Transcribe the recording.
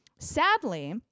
Sadly